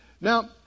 Now